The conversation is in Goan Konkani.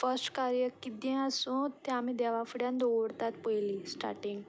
फर्स्ट कार्य कितें आसूं तें आमी देवा फुड्यांत दवरतात पयलीं स्टार्टींग